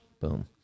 Boom